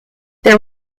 there